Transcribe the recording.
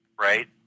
right